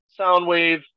Soundwave